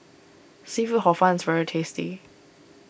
Seafood Hor Fun is very tasty